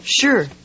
Sure